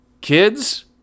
Kids